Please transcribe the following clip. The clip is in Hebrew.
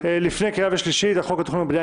לפני הקריאה השנייה והשלישית,